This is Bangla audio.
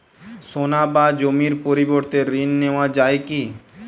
সোনা বা জমির পরিবর্তে ঋণ নেওয়া যায় কী?